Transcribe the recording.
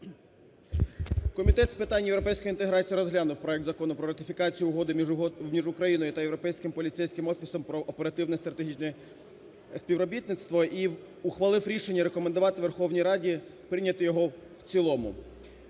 Комітет з питань європейської інтеграції розглянув проект Закону про ратифікацію Угоди між Україною та Європейським поліцейським офісом про оперативне та стратегічне співробітництво і ухвалив рішення рекомендувати Верховній Раді прийняти його в цілому